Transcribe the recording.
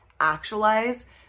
actualize